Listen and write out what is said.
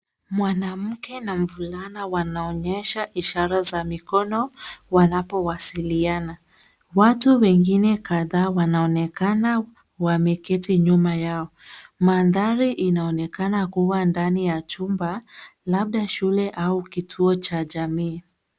Mwanamke na mvulana wanaonyesha ishara za mikono wanapowasiliana. Watu wengine kadhaa wanaonekana wameketi nyuma yao. Mandhari inaonekana kuwa ndani ya chumba, labda shule au kituo cha jamii.